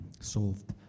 solved